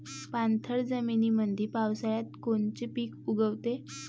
पाणथळ जमीनीमंदी पावसाळ्यात कोनचे पिक उगवते?